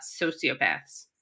sociopaths